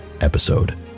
episode